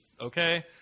okay